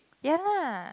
ya lah